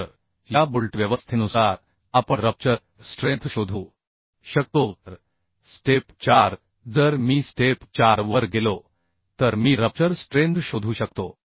तर या बोल्ट व्यवस्थेनुसार आपण रप्चर स्ट्रेंथ शोधू शकतो तर स्टेप 4 जर मी स्टेप 4 वर गेलो तर मी रप्चर स्ट्रेंथ शोधू शकतो